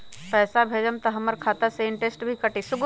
पैसा भेजम त हमर खाता से इनटेशट भी कटी?